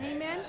Amen